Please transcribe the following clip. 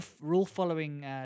rule-following